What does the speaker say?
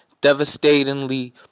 devastatingly